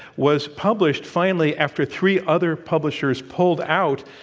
was published finally after three other publishers pulled out,